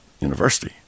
University